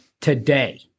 today